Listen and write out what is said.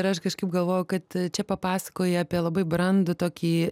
ir aš kažkaip galvojau kad čia papasakoja apie labai brandų tokį